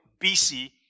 BC